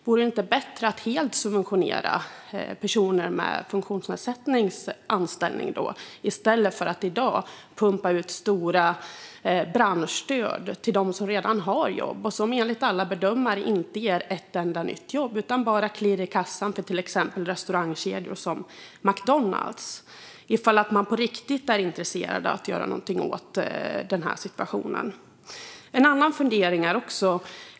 Vore det inte bättre att helt subventionera anställningar för personer med funktionsnedsättning i stället för att i dag pumpa ut stora branschstöd till dem som redan har jobb och som enligt alla bedömare inte ger ett enda nytt jobb utan bara klirr i kassan för till exempel restaurangkedjor som McDonalds - om man på riktigt är intresserad av att göra något åt situationen?